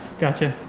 gotcha